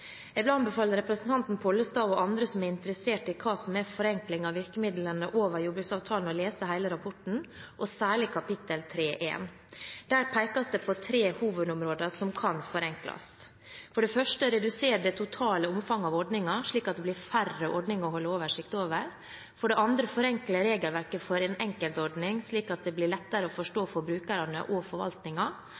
Jeg vil anbefale representanten Pollestad og andre som er interessert i hva som er forenkling av virkemidlene over jordbruksavtalen, å lese hele rapporten, og særlig kapittel 3.1. Der pekes det på tre hovedområder som kan forenkles: «1. Redusere det totale omfanget av ordninger, slik at det blir færre ordninger å holde oversikt over 2. Forenkle regelverket for en enkelt ordning, slik at det blir lettere å forstå for brukerne og